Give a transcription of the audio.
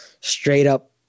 straight-up